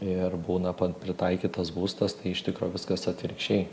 ir būna pritaikytas būstas tai iš tikro viskas atvirkščiai